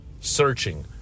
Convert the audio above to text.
searching